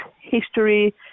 history